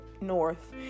north